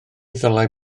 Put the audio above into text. ddylai